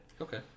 Okay